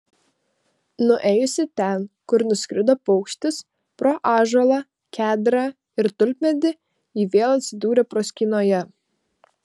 nuėjusi ten kur nuskrido paukštis pro ąžuolą kedrą ir tulpmedį ji vėl atsidūrė proskynoje